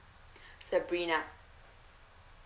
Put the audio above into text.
sabrina